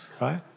right